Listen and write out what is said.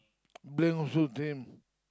blame also them